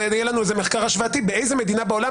יהיה לנו איזה מחקר השוואתי באיזה מדינה בעולם